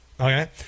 okay